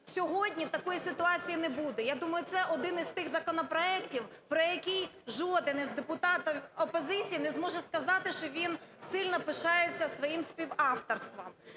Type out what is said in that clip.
сьогодні такої ситуації не буде. Я думаю, це один із тих законопроектів, про який жоден із депутатів опозиції не зможе сказати, що він сильно пишається своїм співавторством.